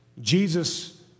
Jesus